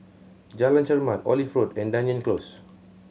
Jalan Chermat Olive Road and Dunearn Close